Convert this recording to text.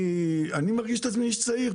אני מרגיש את עצמי איש צעיר,